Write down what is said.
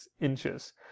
inches